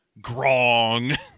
grong